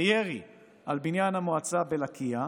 ירי, על בניין המועצה בלקיה,